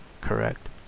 correct